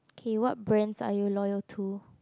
K what brands are you loyal to